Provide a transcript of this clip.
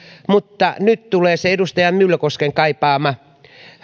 mutta nyt tulee se edustaja myllykosken kaipaama